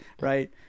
Right